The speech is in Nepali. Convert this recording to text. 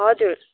हजुर